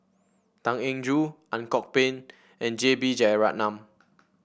Tan Eng Joo Ang Kok Peng and J B Jeyaretnam